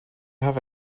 have